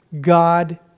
God